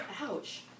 Ouch